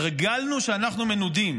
התרגלנו שאנחנו מנודים.